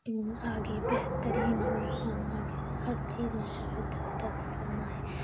آگے بہترین ہو ہم آگے ہر چیز میں سفلتا عطا فرمائے